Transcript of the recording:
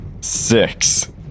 Six